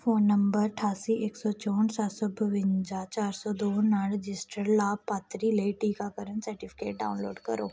phone number ਅਠਾਸੀ ਇੱਕ ਸੌ ਚੌਂਹਠ ਸੱਤ ਸੌ ਬਵੰਜਾ ਚਾਰ ਸੌ ਦੋ ਨਾਲ ਰਜਿਸਟਰਡ ਲਾਭਪਾਤਰੀ ਲਈ ਟੀਕਾਕਰਨ ਸਰਟੀਫਿਕੇਟ ਡਾਊਨਲੋਡ ਕਰੋ